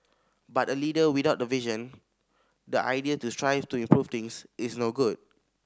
but a leader without the vision the idea to strive to improve things is no good